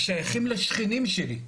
ששייכים לשכנים שלי,